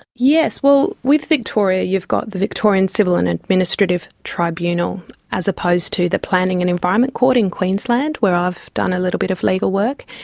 yes. with victoria you've got the victorian civil and administrative tribunal as opposed to the planning and environment court in queensland where i've done a little bit of legal work,